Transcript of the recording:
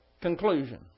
conclusion